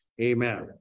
Amen